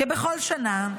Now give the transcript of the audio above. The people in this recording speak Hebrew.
כבכל שנה,